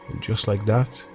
just like that?